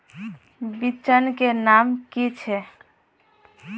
बिचन के नाम की छिये?